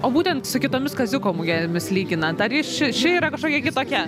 o būtent su kitomis kaziuko mugėmis lyginant ar ji ši ši yra kažkokia kitokia